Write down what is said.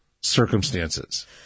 circumstances